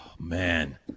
man